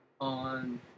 on